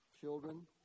children